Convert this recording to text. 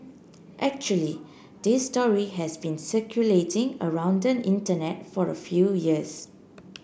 actually this story has been circulating around the Internet for a few years